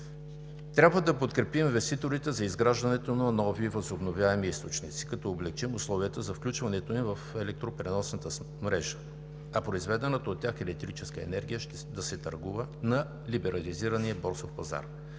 Трябва да подкрепим инвеститорите за изграждането на нови възобновяеми източници, като облекчим условията за включването им в електропреносната мрежа, а произведената от тях електрическа енергия да се търгува на либерализирания борсов пазар.